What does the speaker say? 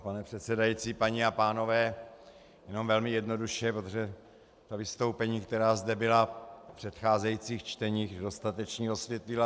Pane předsedající, paní a pánové, jenom velmi jednoduše, protože ta vystoupení, která zde byla v předcházejících čteních, to dostatečně osvětlila.